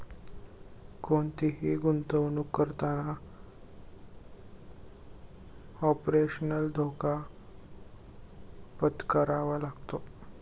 कोणतीही गुंतवणुक करताना ऑपरेशनल धोका पत्करावा लागतो